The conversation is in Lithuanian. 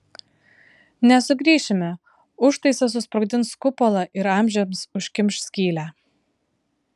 nesugrįšime užtaisas susprogdins kupolą ir amžiams užkimš skylę